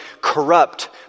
corrupt